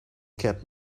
get